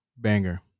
banger